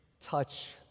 touch